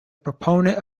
proponent